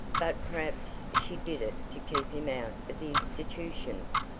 but perhaps she did it to keep him out of the institutions.